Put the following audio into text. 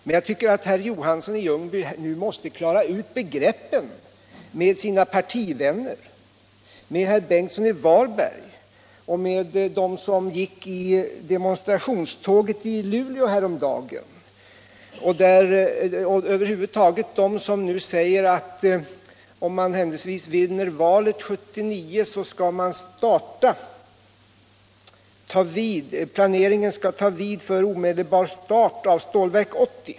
Men jag tycker att herr Johansson i Ljungby nu måste klara ut begreppen med sina partivänner — med herr Ingemund Bengtsson i Varberg, med dem som gick i demonstrationståget i Luleå häromdagen, ja, över huvud taget med dem som i dag säger att om man händelsevis vinner valet 1979 skall planeringen ta vid för omedelbar start av Stålverk 80.